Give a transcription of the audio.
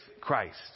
Christ